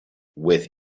with